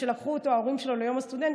זה שההורים שלו לקחו אותו ליום הסטודנט,